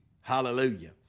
Hallelujah